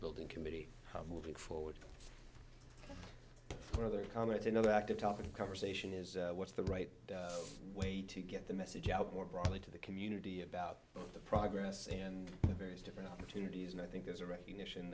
building committee moving forward one other comment another active topic of conversation is what's the right way to get the message out more broadly to the community about the progress and various different opportunities and i think there's a recognition